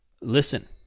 Listen